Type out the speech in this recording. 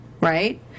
right